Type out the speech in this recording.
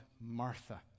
Martha